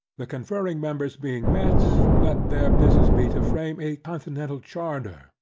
the conferring members being met, let their business be to frame a continental charter,